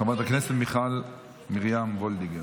חברת הכנסת מיכל מרים וולדיגר.